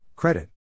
Credit